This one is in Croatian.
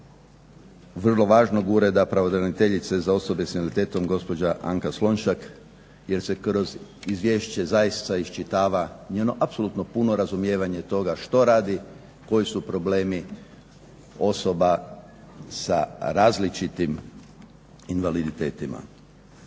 vrlo važnog Ureda pravobraniteljice za osobe s invaliditetom gospođa Anka Slonjšak jer se kroz izvješće zaista iščitava njeno apsolutno puno razumijevanje toga što radi, koji su problemi osoba sa različitim invaliditetima.